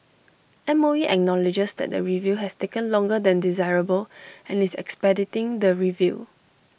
M O E acknowledges that the review has taken longer than desirable and is expediting the review